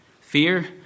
Fear